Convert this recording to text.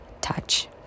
touch